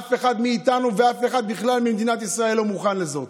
אף אחד מאיתנו ואף אחד בכלל במדינת ישראל לא מוכן לזה.